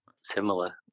similar